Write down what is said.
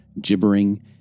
gibbering